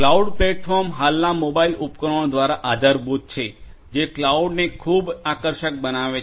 cloud platforms હાલના mobile ઉપકરણો દ્વારા આધારભૂત છે જે ક્લાઉડને ખૂબ આકર્ષક બનાવે છે